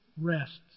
rests